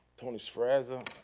thomas sferrazza,